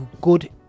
good